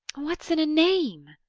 what's in a name?